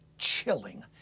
Chilling